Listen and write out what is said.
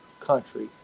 country